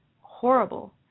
horrible